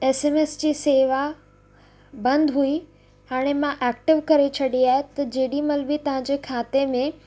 SMS जी शेवा बंदि हुई हाणे मां एक्टीव करे छॾी आहे त जेॾी महिल बि तव्हांजे खाते में